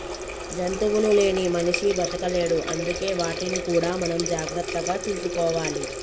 జంతువులు లేని మనిషి బతకలేడు అందుకే వాటిని కూడా మనం జాగ్రత్తగా చూసుకోవాలి